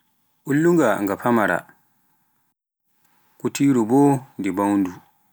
Ullunga nga famaara, kutiruu boo ndu mawndu.